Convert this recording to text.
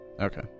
Okay